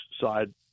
side